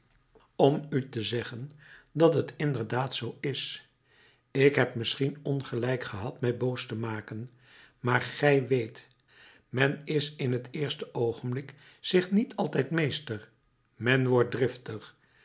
om u te zeggen dat het inderdaad zoo is ik heb misschien ongelijk gehad mij boos te maken maar gij weet men is in het eerste oogenblik zich niet altijd meester men wordt driftig